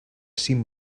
cinc